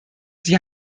sie